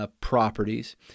properties